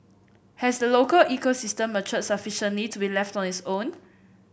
has the local ecosystem matured sufficiently to be left on its own